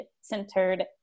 centered